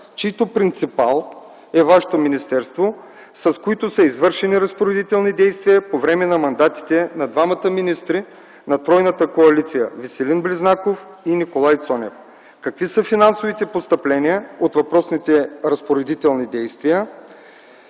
чийто принципал е Вашето министерство, с които са извършени разпоредителни действия по време на мандатите на двамата министри на тройната коалиция – Веселин Близнаков и Николай Цонев? Какви са финансовите постъпления от въпросните разпоредителни действия?